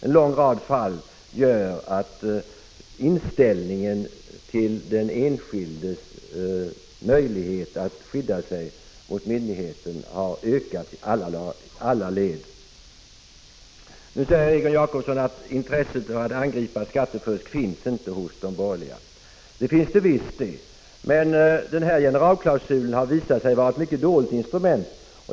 En lång rad fall gör att intresset för den enskildes möjlighet att skydda sig mot myndigheten har ökat i alla led. Nu säger Egon Jacobsson att intresset för att angripa skattefusk inte finns hos de borgerliga. Det finns det visst. Men denna generalklausul har visat sig vara ett mycket dåligt instrument.